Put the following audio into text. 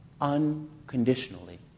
unconditionally